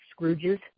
scrooges